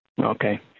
Okay